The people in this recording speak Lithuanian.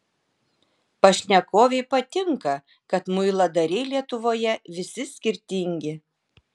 pašnekovei patinka kad muiladariai lietuvoje visi skirtingi